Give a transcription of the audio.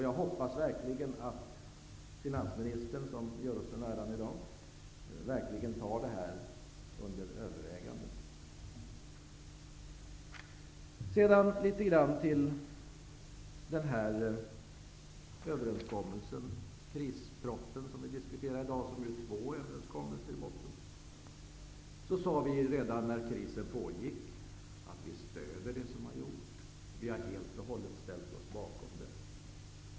Jag hoppas verkligen att finansministern, som gör oss den äran i dag, tar detta under övervägande. Låt mig sedan gå över till överenskommelsen eller krispropositionen som vi diskuterar i dag. Det är ju i botten två överenskommelser. Vi sade redan när krisen pågick att vi stöder det som har gjorts.